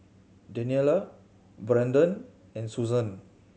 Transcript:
Daniela Braedon and Suzan